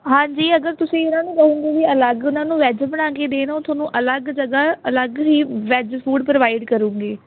ਹਾਂਜੀ ਅਗਰ ਤੁਸੀਂ ਇਹਨਾਂ ਨੂੰ ਕਹੋਗੇ ਵੀ ਅਲੱਗ ਉਹਨਾਂ ਨੂੰ ਵੈਜ ਬਣਾ ਕੇ ਦੇ ਦਿਉ ਤੁਹਾਨੂੰ ਅਲੱਗ ਜਗ੍ਹਾ ਅਲੱਗ ਹੀ ਵੈਜ ਫੂਡ ਪ੍ਰੋਵਾਈਡ ਕਰੂਗੇ